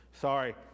Sorry